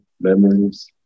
memories